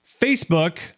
Facebook